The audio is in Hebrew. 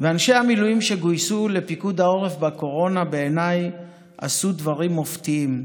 אנשי המילואים שגויסו לפיקוד העורף בקורונה בעיניי עשו דברים מופתיים: